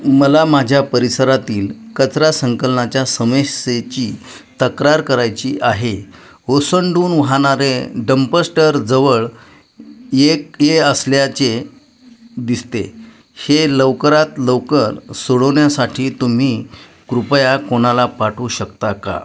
मला माझ्या परिसरातील कचरा संकलनाच्या समस्येची तक्रार करायची आहे ओसंडून वाहणारे डम्पस्टर जवळ एक ये असल्याचे दिसते हे लवकरात लवकर सोडवण्यासाठी तुम्ही कृपया कोणाला पाठवू शकता का